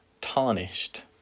tarnished